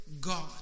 God